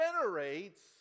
generates